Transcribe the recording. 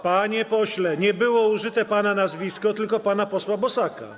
Panie pośle, nie było użyte pana nazwisko, tylko pana posła Bosaka.